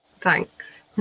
Thanks